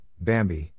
Bambi